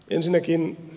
ensinnäkin